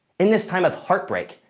in this time of heartbreak,